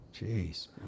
jeez